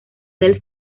del